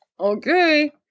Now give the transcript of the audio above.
okay